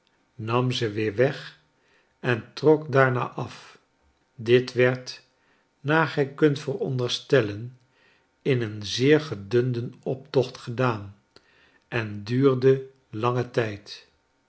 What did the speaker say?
nam ze weer weg en trok daarna af dit werd naar gij kunt vooronderstellen in een zeer gedunden optocht gedaan en duurde langen tijd